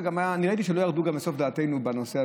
אני ראיתי שלא ירדו לסוף דעתנו בנושא,